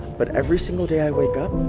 but every single day i wake up,